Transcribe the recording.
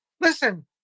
Listen